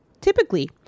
Typically